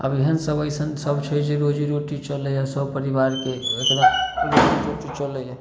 आब एहेन सब अइसन सब छै जे रोजीरोटी चलै सब परिवारके